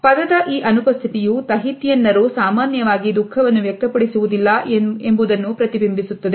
ಪದದ ಈ ಅನುಪಸ್ಥಿತಿ ಯು ತಹಿತಿಯನ್ ನರು ಸಾಮಾನ್ಯವಾಗಿ ದುಃಖವನ್ನು ವ್ಯಕ್ತಪಡಿಸುವುದಿಲ್ಲ ಎಂದು ಪ್ರತಿಬಿಂಬಿಸುತ್ತದೆ